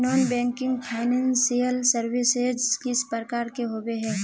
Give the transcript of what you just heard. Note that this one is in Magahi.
नॉन बैंकिंग फाइनेंशियल सर्विसेज किस प्रकार के होबे है?